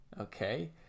Okay